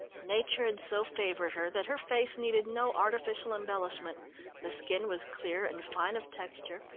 nature had so favoured her that her face needed no artificial embellishment the skin was clear and fine of texture,